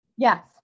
Yes